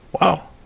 Wow